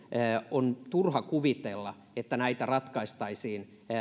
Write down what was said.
on turha kuvitella että näitä ratkaistaisiin